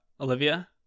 olivia